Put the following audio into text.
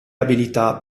abilità